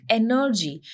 energy